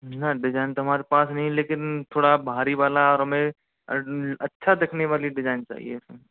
न डिजाइन तो हमारे पास नहीं है लेकिन थोड़ा भारी वाला और हमें अच्छा दिखने वाला डिजाइन चाहिए